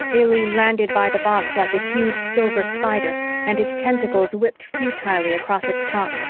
illy landed by the box like a huge silver spider and his tentacles whipped futilely across its top.